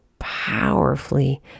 powerfully